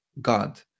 God